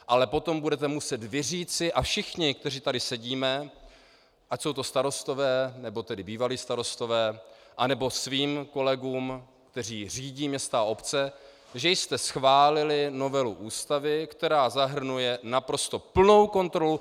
Ale potom budete muset vy říci a všichni, kteří tady sedíte, ať jsou to starostové, nebo tedy bývalí starostové, nebo svým kolegům, kteří řídí města a obce, že jste schválili novelu Ústavy, která zahrnuje naprosto plnou kontrolu.